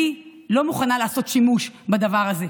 אני לא מוכנה לעשות שימוש בדבר הזה.